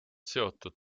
seotud